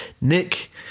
Nick